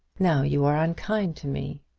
now you are unkind to me.